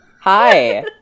Hi